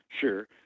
Sure